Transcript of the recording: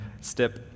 step